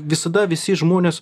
visada visi žmonės